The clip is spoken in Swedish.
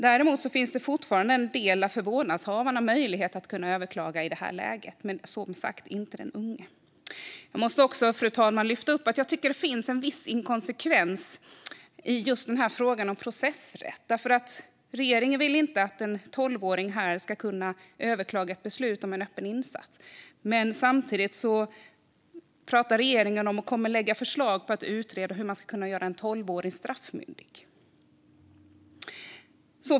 Däremot finns det fortfarande möjlighet för en del vårdnadshavare att överklaga i det läget, men som sagt inte för de unga. Fru talman! Jag måste också lyfta upp att jag tycker att det finns en viss inkonsekvens i frågan om processrätt. Regeringen vill inte att en tolvåring ska kunna överklaga ett beslut om en öppen insats, men samtidigt pratar regeringen om och kommer att lägga fram förslag om att utreda hur man ska kunna göra en tolvåring straffmyndig.